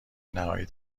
نهایی